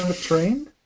Trained